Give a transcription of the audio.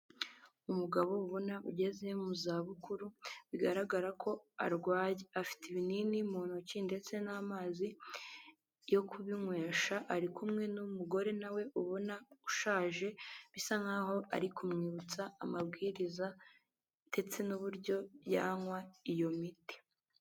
Umugabo ubona ugeze mu za bukuru bigaragara ko arwaye, afite ibinini mu ntoki ndetse n'amazi yo kubinywesha, ari kumwe n'umugore nawe ubona ushaje bisa nk'aho ari kumwibutsa amabwiriza, ndetse n'uburyo yanywa iyo miti.